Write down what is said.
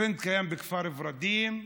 הטרנד קיים בכפר ורדים.